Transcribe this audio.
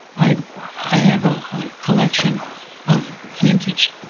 i have a collection of vintage,